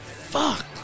Fuck